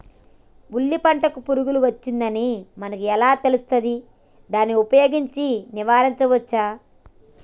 పల్లి పంటకు పురుగు వచ్చిందని మనకు ఎలా తెలుస్తది దాన్ని ఉపయోగించి నివారించవచ్చా?